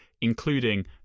including